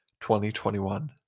2021